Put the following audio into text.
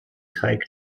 teig